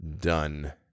done